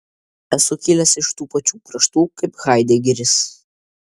esu kilęs iš tų pačių kraštų kaip haidegeris